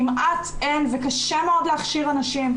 כמעט אין וקשה מאוד להכשיר אנשים.